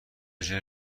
ژله